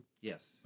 Yes